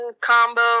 combo